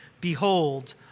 Behold